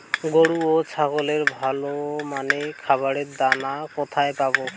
গরু ও ছাগলের ভালো মানের খাবারের দানা কোথায় পাবো?